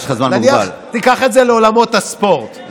תיקח את זה לעולמות הספורט,